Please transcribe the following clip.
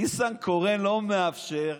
ניסנקורן לא מאפשר.